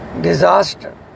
Disaster